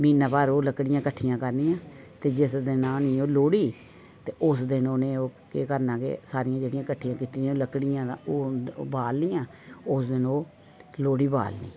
म्हीना भर ओह् लकड़ियां किट्ठियां करनियां ते जिस दिन आनी ओह् लोह्ड़ी ते उस दिन ओह् उ'नें केह् करना के सारियां जेह्ड़ियां किट्ठी कीती दियां लकड़ियां ते ओह् बालनियां उस दिन ओह् लोह्ड़ी बालनी